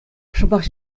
шӑпах